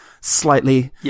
slightly